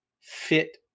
fit